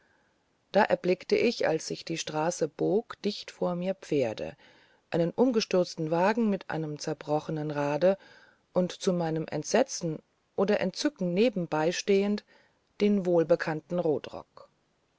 da erblickte ich als sich die straße bog dicht vor mir pferde einen umgestürzten wagen mit einem zerbrochenen rade und zu meinem entsetzen oder entzücken daneben stehend den wohlbekannten rotrock